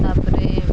ତା'ପରେ